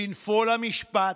בנפול המשפט,